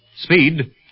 Speed